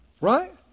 right